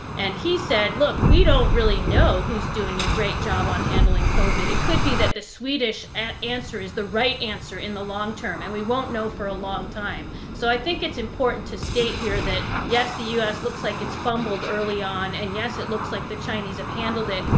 and he said, look, we don't really know who's doing a great job on handling covid. it could be that the swedish answer is the right answer in the long term and we won't know for a long time. so, i think it's important to state here that, yes, the u. s. looks like it's fumbled early on. and yes, it looks like the chinese have handled it.